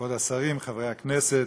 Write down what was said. כבוד השרים, חברי הכנסת,